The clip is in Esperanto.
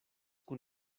kun